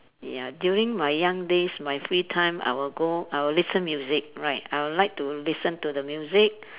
ya during my young days my free time I will go I will listen music right I would like to listen to the music